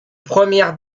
premières